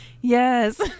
Yes